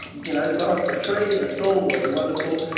you know, got up the tree and it's all very wonderful,